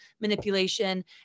manipulation